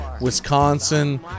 Wisconsin